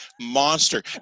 Monster